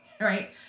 right